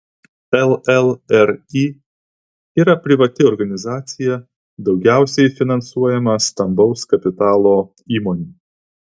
llri yra privati organizacija daugiausiai finansuojama stambaus kapitalo įmonių